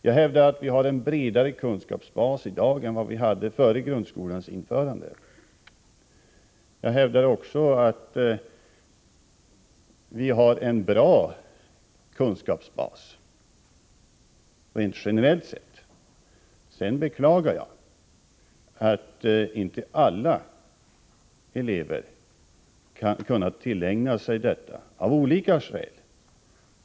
Jag hävdar att vi har en bredare kunskapsbas i dag än vad vi hade före grundskolans införande. Jag hävdar också att vi har en bra kunskapsbas generellt sett. Sedan beklagar jag att inte alla elever, av olika skäl, kunnat tillägna sig dessa kunskaper.